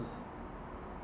s~